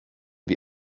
wie